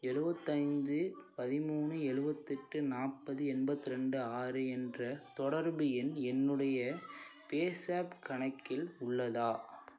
எழுபத்தைந்து பதிமூணு எழுபத்தெட்டு நாற்பது எண்பத்ட்ரெண்டு ஆறு என்ற தொடர்பு எண் என்னுடைய பேஸாப் கணக்கில் உள்ளதா